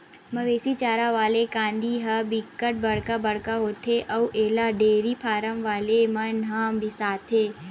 मवेशी चारा वाला कांदी ह बिकट बड़का बड़का होथे अउ एला डेयरी फारम वाला मन ह बिसाथे